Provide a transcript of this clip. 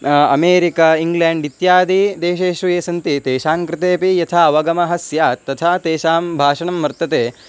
America England इत्यादि देशेषु ये सन्ति तेषां कृते अपि यथा अवगमः स्यात् तथा तेषां भाषणं वर्तते